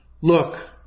look